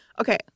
okay